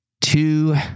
two